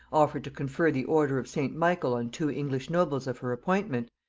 offered to confer the order of st. michael on two english nobles of her appointment,